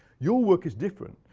your work is different.